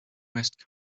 west